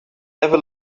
never